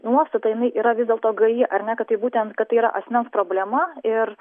nuostata jinai yra vis dėlto gaji ar ne kad tai būtent kad tai yra asmens problema ir